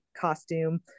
costume